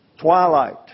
Twilight